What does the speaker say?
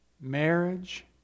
marriage